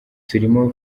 turimo